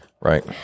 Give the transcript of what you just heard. Right